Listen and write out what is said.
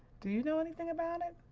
do you know anything about it?